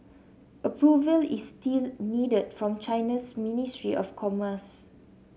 approval is still needed from China's ministry of commerce